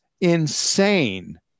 insane